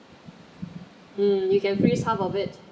mm you can freeze half of it